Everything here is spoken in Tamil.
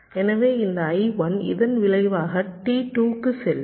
எனவே இந்த I1 இதன் விளைவாக T2 க்கு செல்லும்